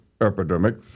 epidemic